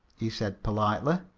he said politely.